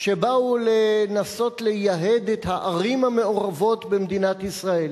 שבאו לנסות לייהד את הערים המעורבות במדינת ישראל.